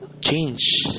change